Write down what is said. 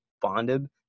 Bonded